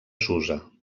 susa